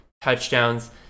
touchdowns